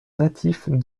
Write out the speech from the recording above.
natifs